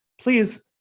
please